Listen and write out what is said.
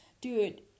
dude